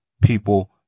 people